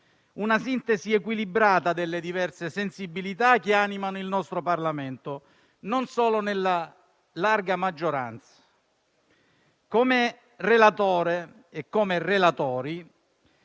una sintesi equilibrata delle diverse sensibilità che animano il nostro Parlamento, non solo nell'ampia maggioranza. Come relatore, unitamente